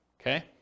Okay